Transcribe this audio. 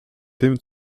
tym